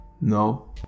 No